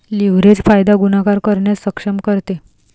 leverage फायदा गुणाकार करण्यास सक्षम करते